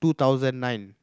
two thousand nine